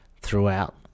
throughout